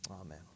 Amen